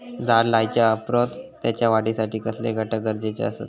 झाड लायल्या ओप्रात त्याच्या वाढीसाठी कसले घटक गरजेचे असत?